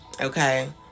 Okay